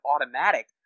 automatic